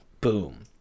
Boom